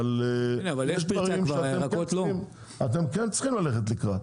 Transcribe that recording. אבל יש דברים שאתם כן צריכים ללכת לקראת.